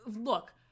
Look